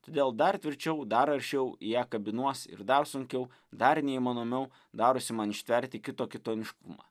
todėl dar tvirčiau dar aršiau į ją kabinuosi ir dar sunkiau dar neįmanomiau darosi man ištverti kito kitoniškumą